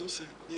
אז אני רוצה לדעת,